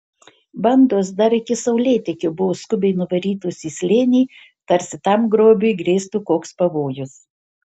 bandos dar iki saulėtekio buvo skubiai nuvarytos į slėnį tarsi tam grobiui grėstų koks pavojus